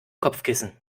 kopfkissen